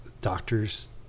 doctors